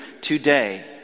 today